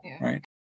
right